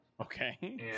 Okay